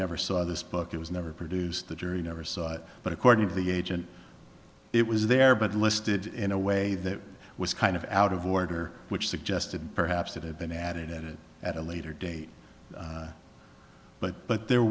never saw this book it was never produced the jury never saw it but according to the agent it was there but listed in a way that was kind of out of order which suggested perhaps it had been at it at a later date but but there